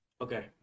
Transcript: Okay